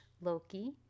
loki